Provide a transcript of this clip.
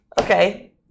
okay